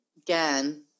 again –